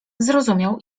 zrozumiał